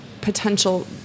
potential